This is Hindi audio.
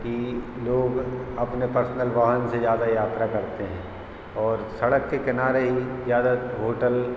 कि लोग अपने पर्सनल वाहन से ज़्यादा यात्रा करते हैं और सड़क के किनारे ही ज़्यादा होटल